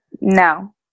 no